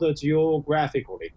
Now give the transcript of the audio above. geographically